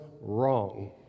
wrong